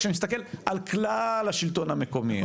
כשאני מסתכל על השלטון המקומי,